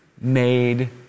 made